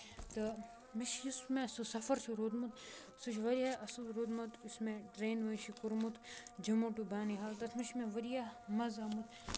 تہٕ مےٚ چھُ یُس مےٚ سُہ سَفر چھُ روٗدمُت سُہ چھُ واریاہ اَصٕل روٗدمُت یُس مےٚ ٹرینہِ منٛز چھُ کوٚرمُت جموں ٹُو بانِحال تَتھ منٛز چھُ مےٚ واریاہ مَزٕ آمُت